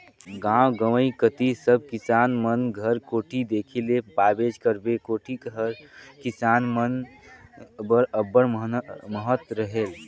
गाव गंवई कती सब किसान मन घर कोठी देखे ले पाबेच करबे, कोठी कर किसान मन बर अब्बड़ महत रहेल